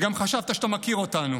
וגם חשבת שאתה מכיר אותנו.